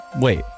Wait